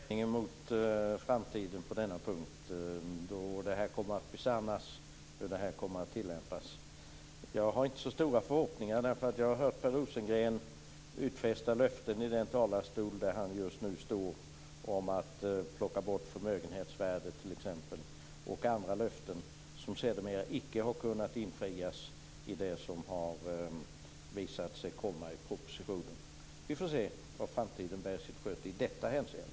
Fru talman! Jag ser med spänning fram emot att det här kommer att besannas och hur det kommer att tillämpas. Jag har inte så stora förhoppningar eftersom jag har hört Per Rosengren utfästa löften i den talarstol där han just nu står om att plocka bort förmögenhetsvärdet osv. som sedermera inte har kunnat infrias i propositioner. Vi får se vad framtiden bär i sitt sköte i detta hänseende.